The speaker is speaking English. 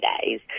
days